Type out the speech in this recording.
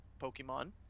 Pokemon